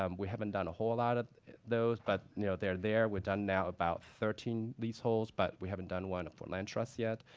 um we haven't done a whole lot of those. but you know they're there. we're done now about thirteen leaseholds. but we haven't done one on land trusts yet.